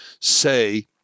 say